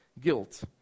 guilt